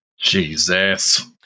Jesus